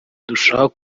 ndushaho